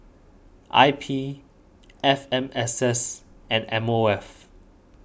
I P F M S S and M O F